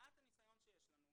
ממעט הניסיון שיש לנו,